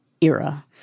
era